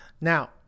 Now